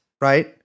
Right